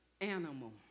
animal